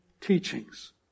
teachings